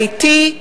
האטי: